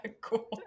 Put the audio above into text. Cool